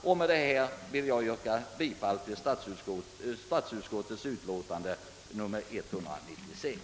Jag ber att få yrka bifall till statsutskottets hemställan i dess utlåtande nr 196.